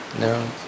No